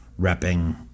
repping